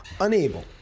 unable